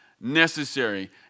necessary